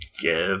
Give